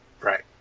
Right